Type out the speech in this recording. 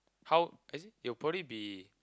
how as in it'll probably be